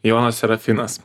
jonas serafinas